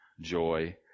joy